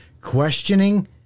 questioning